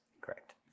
Correct